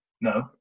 No